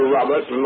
Robert